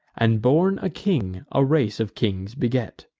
and, born a king, a race of kings beget.